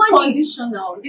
conditional